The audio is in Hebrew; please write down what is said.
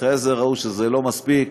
ואחרי זה ראו שזה לא מספיק,